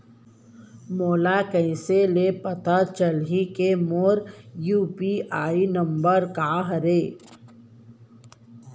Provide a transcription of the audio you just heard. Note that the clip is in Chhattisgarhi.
मोला कइसे ले पता चलही के मोर यू.पी.आई नंबर का हरे?